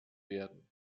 werden